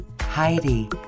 Heidi